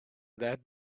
that